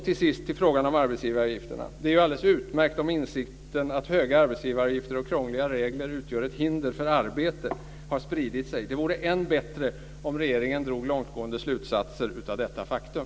Till sist till frågan om arbetsgivaravgifterna. Det är alldeles utmärkt om insikten att höga arbetsgivaravgifter och krångliga regler utgör ett hinder för arbete har spritt sig. Det vore än bättre om regeringen drog långtgående slutsatser av detta faktum.